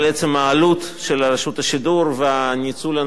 של רשות השידור והניצול הנכון של המשאבים,